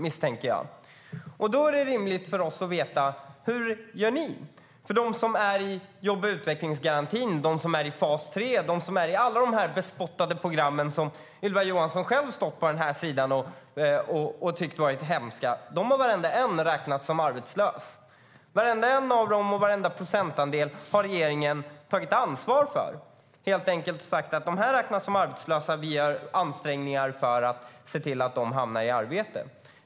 Därför är det rimligt att vi vill veta hur ni gör. Av de som är i alla de bespottade programmen som Ylva Johansson själv har stått på den här sidan och tyckt varit hemska, jobb och utvecklingsgarantin och fas 3, har varenda en räknats som arbetslös. Varenda en av dem och varenda procentandel tog den förra regeringen ansvar för och sade att de räknades som arbetslösa och att vi gjorde ansträngningar för att se till att de skulle hamna i arbete.